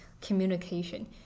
communication